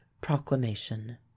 proclamation